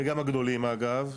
וגם הגדולים אגב,